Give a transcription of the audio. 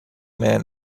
men